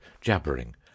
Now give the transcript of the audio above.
jabbering